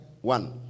one